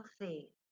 healthy